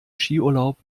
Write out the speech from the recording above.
skiurlaub